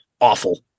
awful